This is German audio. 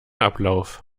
ablauf